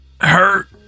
hurt